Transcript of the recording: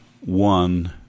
one